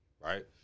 Right